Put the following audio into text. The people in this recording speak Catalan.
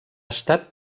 estat